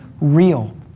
real